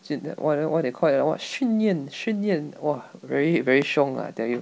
训 what they what they call it ah what 训练训练 !wah! very very 凶 lah I tell you